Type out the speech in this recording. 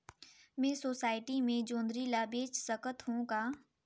मैं सोसायटी मे जोंदरी ला बेच सकत हो का?